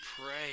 pray